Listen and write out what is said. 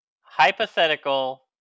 hypothetical